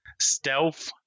stealth